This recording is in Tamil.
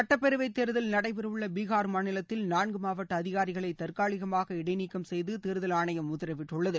சுட்டப்பேரவை தேர்தல் நடைபெறவுள்ள பிகார் மாநிலத்தில் நான்கு மாவட்ட அதிகாரிகளை தற்காலிகமாக இடைநீக்கம் செய்து தேர்தல் ஆணையம் உத்தரவிட்டுள்ளது